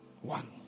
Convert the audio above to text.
One